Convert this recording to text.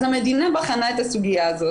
אז המדינה בחנה את הסוגיה הזאת,